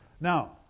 now